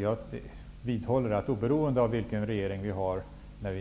Jag vidhåller att man, oberoende av vilken regering som vi har